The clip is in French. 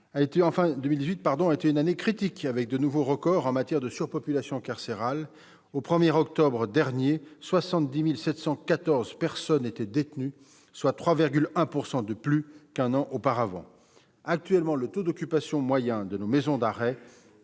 2018 a été une année critique, de nouveaux records ayant été battus en matière de surpopulation carcérale : au 1octobre 2018, 70 714 personnes étaient détenues, soit 3,1 % de plus qu'un an auparavant. Actuellement, le taux d'occupation moyen de nos maisons d'arrêt